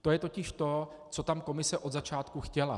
To je totiž to, co tam Komise od začátku chtěla.